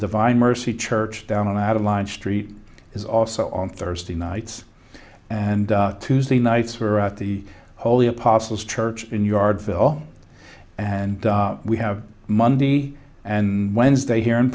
divine mercy church down adeline street is also on thursday nights and tuesday nights were at the holy apostles church in yard phil and we have monday and wednesday here in